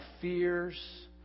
fears